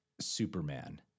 Superman